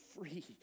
free